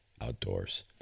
outdoors